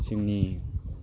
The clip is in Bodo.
जोंनि